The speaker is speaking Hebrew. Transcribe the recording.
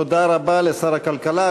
תודה רבה לשר הכלכלה,